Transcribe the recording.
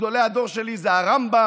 גדולי הדור שלי זה הרמב"ם,